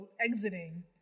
exiting